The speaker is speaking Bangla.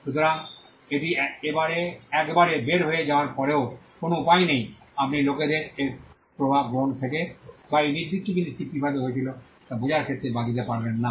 সুতরাং এটি একবার বের হয়ে যাওয়ার পরে কোনও উপায় নেই আপনি লোকেদের এর প্রভাব গ্রহণ থেকে বা এই নির্দিষ্ট জিনিসটি কীভাবে হয়েছিল তা বোঝার ক্ষেত্রে বাদ দিতে পারবেন না